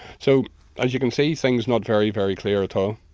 so as you can see, things not very, very clear at all.